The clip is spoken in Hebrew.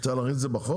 צריך להכניס את זה בחוק?